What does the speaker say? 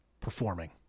performing